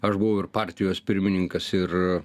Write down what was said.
aš buvau ir partijos pirmininkas ir